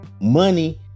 money